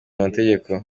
amategeko